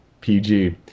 PG